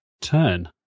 turn